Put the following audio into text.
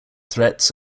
threats